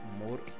more